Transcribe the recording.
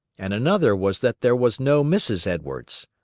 and another was that there was no mrs. edwards.